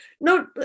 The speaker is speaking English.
no